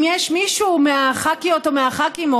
אם יש מישהו מהח"כים או מהח"כיות,